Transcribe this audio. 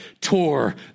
tore